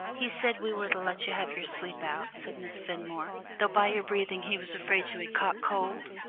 he said we were to let you have your sleep out, said miss fenmore, though by your breathing he was afraid you had caught cold.